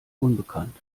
unbekannt